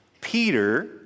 Peter